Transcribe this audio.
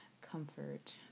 comfort